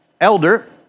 elder